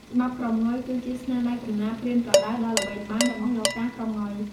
ច្បាប់ក្រមង៉ុយ គឺជាស្នាដៃកំណាព្យប្រៀនប្រដៅដ៏ល្បីល្បាញរបស់ លោកតា ក្រមង៉ុយ។